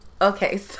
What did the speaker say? Okay